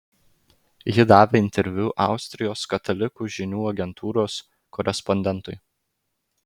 ji davė interviu austrijos katalikų žinių agentūros korespondentui